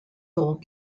old